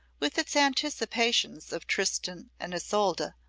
with its anticipations of tristan and isolde,